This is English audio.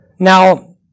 Now